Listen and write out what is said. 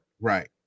Right